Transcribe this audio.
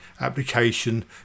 application